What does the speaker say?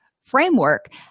framework